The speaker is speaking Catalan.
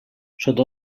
sota